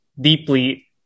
deeply